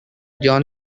john